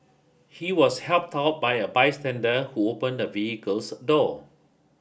he was helped out by a bystander who opened the vehicle's door